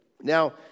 Now